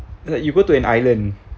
like you go to an island